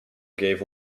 gave